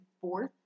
fourth